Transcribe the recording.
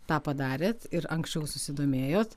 tą padarėt ir anksčiau susidomėjot